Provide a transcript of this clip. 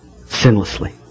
sinlessly